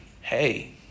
hey